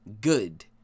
good